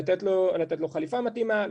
לתת לו חליפה מתאימה,